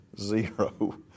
Zero